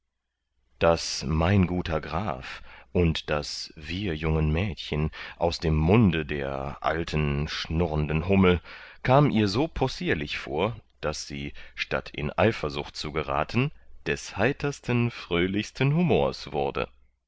das mein guter graf und das wir jungen mädchen aus dem munde der alten schnurrenden hummel kam ihr so possierlich vor daß sie statt in eifersucht zu geraten des heitersten fröhlichsten humors wurde